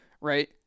right